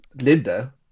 Linda